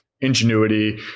ingenuity